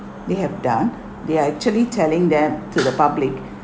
they have done they are actually telling them to the public